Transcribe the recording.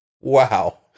wow